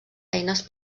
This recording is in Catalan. eines